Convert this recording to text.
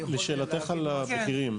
לשאלתך על המחירים.